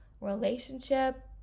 relationship